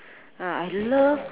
uh I love